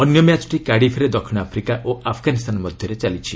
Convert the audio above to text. ଅନ୍ୟ ମ୍ୟାଚ୍ଟି କାର୍ଡ଼ିଫ୍ରେ ଦକ୍ଷିଣ ଆଫ୍ରିକା ଓ ଆଫ୍ଗାନିସ୍ତାନ ମଧ୍ୟରେ ଚାଲିଛି